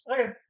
Okay